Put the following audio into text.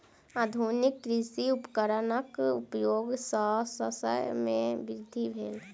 आधुनिक कृषि उपकरणक उपयोग सॅ शस्य मे वृद्धि भेल